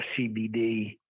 CBD